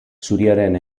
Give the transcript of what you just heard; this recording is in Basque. zuriaren